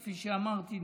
כפי שאמרתי,